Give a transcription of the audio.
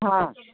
हँ